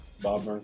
Bob